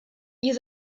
ihr